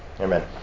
Amen